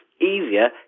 easier